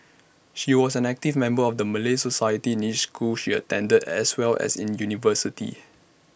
she was an active member of the Malay society in each school she attended as well as in university